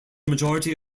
majority